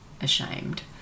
ashamed